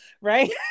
right